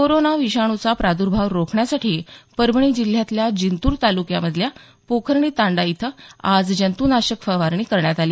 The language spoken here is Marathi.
कोरोना विषाणूचा प्रादुर्भाव रोखण्यासाठी परभणी जिल्ह्यातल्या जिंतुर तालुक्यामधल्या पोखर्णी तांडा इथं आज जंतुनाशक फवारणी करण्यात आली